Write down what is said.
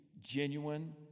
Genuine